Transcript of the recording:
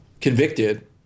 convicted